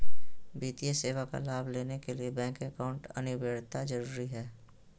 वित्तीय सेवा का लाभ लेने के लिए बैंक अकाउंट अनिवार्यता जरूरी है?